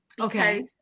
Okay